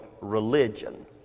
religion